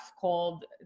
called